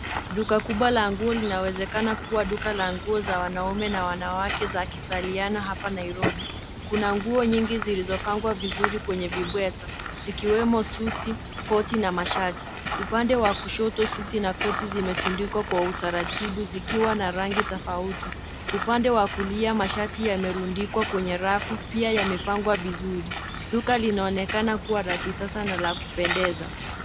Duka kubwa la nguo ,linawezekana kuwa duka la nguo za wanaume na wanawake za kiitaliana hapa Nairobi. Kuna nguo nyingi zilizopangwa kwenye vibweta zikiwemo suti, koti na mashati . Upande wa kushoto suti zimetumdikwa kwa utaratibu zikiwa na rangi tofauti, upande wa kulia , mashati yamerundikwa kwenye rafu pia yamepangwa vizuri. Duka linaonekana kuwa la kisasa na la kupendeza.